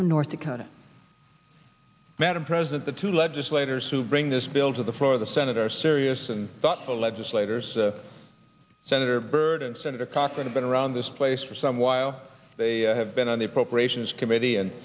from north dakota madam president the two legislators who bring this bill to the floor the senator serious and thoughtful legislators senator byrd and senator cochran have been around this place for some while they have been on the appropriations committee and